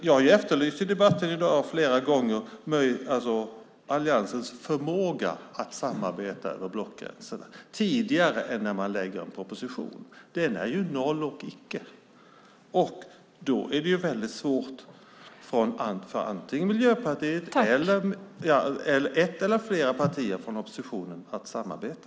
Jag har i debatten i dag flera gånger efterlyst alliansens förmåga att samarbeta över blockgränserna tidigare än när man lägger fram en proposition. Den är ju noll och icke. Då blir det väldigt svårt för ett eller flera partier från oppositionen att samarbeta.